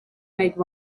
make